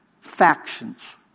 factions